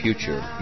Future